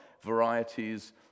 varieties